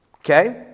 Okay